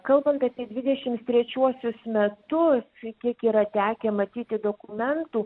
kalbant apie dvidešim trečiuosius metus kiek yra tekę matyti dokumentų